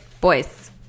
Boys